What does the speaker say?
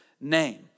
name